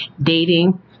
dating